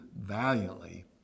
valiantly